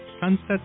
Sunset